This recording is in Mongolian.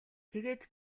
тэгээд